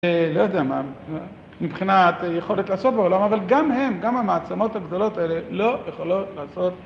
לא יודע מה, מבחינת יכולת לעשות בעולם, אבל גם הם, גם המעצמות הגדולות האלה, לא יכולות לעשות.